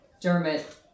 Dermot